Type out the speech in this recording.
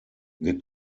wir